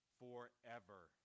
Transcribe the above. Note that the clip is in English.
forever